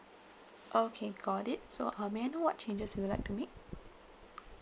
okay got it so uh may I know what changes will you like to make